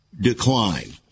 decline